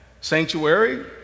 Sanctuary